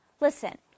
Listen